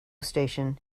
station